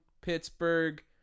Pittsburgh